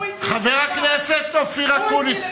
שהוא הטיל, חבר הכנסת אופיר אקוניס.